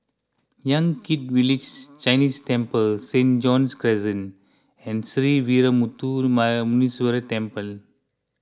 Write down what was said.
Yan Kit Village Chinese Temple Saint John's Crescent and Sree Veeramuthu Muneeswaran Temple